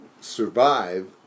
survive